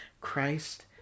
Christ